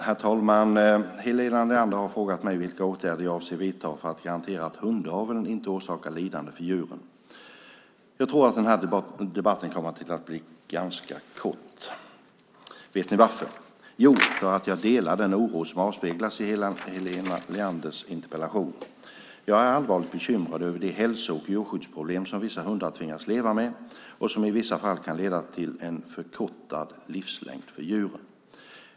Herr talman! Helena Leander har frågat mig vilka åtgärder jag avser att vidta för att garantera att hundaveln inte orsakar lidande för djuren. Jag tror att den här debatten kommer att bli ganska kort. Vet ni varför? Jo, därför att jag delar den oro som avspeglas i Helena Leanders interpellation. Jag är allvarligt bekymrad över de hälso och djurskyddsproblem som vissa hundar tvingas leva med och som i vissa fall kan leda till en förkortad livslängd för djuren.